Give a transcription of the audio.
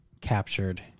captured